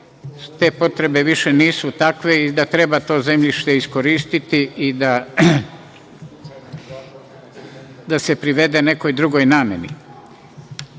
te potrebe više nisu takve i da treba to zemljište iskoristiti i da se privede nekoj drugoj nameni.